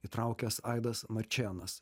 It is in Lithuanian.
įtraukęs aidas marčėnas